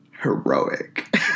heroic